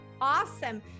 awesome